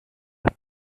las